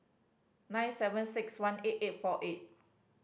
nine seven six one eight eight four eight